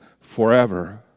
forever